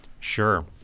Sure